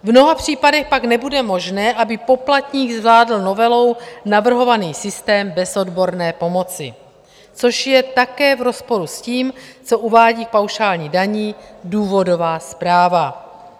V mnoha případech pak nebude možné, aby poplatník zvládl novelou navrhovaný systém bez odborné pomoci, což je také v rozporu s tím, co uvádí k paušální dani důvodová zpráva.